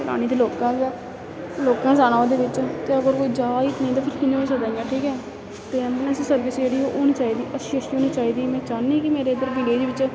चलानी दे लोकां गै लोकें गै जाना ओह्दे बिच ते अगर कोई जा आ नेईं ते फ्ही केह् होई सकदा ठीक ऐ ते ऐंबुलेंस सर्विस जेह्ड़ी ओह् होनी चाहिदी अच्छी अच्छी होनी चाहिदी में चाह्न्नी कि मेरे इद्धर विलेज बिच्च